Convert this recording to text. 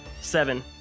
Seven